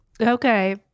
Okay